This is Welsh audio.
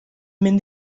mynd